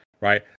Right